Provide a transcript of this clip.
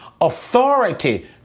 authority